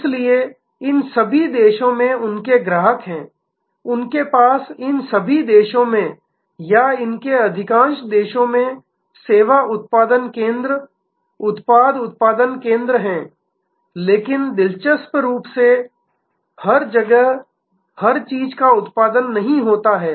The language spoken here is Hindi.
इसलिए इन सभी देशों में उनके ग्राहक हैं उनके पास इन सभी देशों में या इन अधिकांश देशों में सेवा उत्पादन केंद्र उत्पाद उत्पादन केंद्र हैं लेकिन दिलचस्प रूप से हर जगह हर चीज का उत्पादन नहीं होता है